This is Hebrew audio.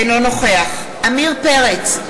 אינו נוכח עמיר פרץ,